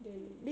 then